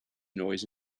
noise